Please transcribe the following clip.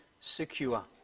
secure